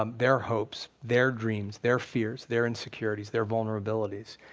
um their hopes, their dreams, their fears, their insecurities, their vulnerabilities,